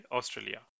Australia